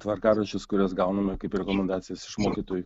tvarkaraščius kuriuos gauname kaip rekomendacijas iš mokytojų